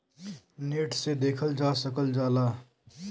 net से देखल जा सकल जाला